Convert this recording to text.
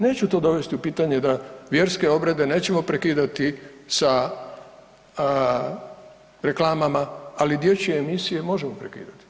Neću tu dovesti u pitanje da vjerske obrede nećemo prekidati sa reklamama, ali dječje emisije možemo prekidati.